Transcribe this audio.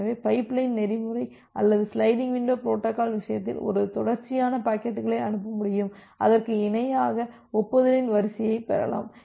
எனது பைப்லைன் நெறிமுறை அல்லது சிலைடிங் விண்டோ பொரோட்டோகால் விஷயத்தில் ஒரு தொடர்ச்சியான பாக்கெட்டுகளை அனுப்ப முடியும் அதற்கு இணையாக ஒப்புதலின் வரிசையைப் பெறலாம்